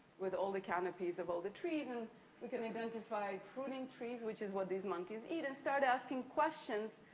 with all the canopies of all the trees and we can identify fruiting trees, which is what these monkeys eat, and start asking questions,